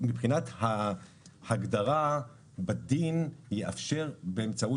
מבחינת ההגדרה בדין יאפשר באמצעות